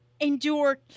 endure